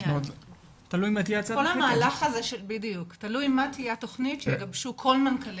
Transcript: תלוי מה תהיה התכנית שיגבשו כל מנכ"לי